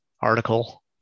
article